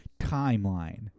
Timeline